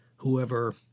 Whoever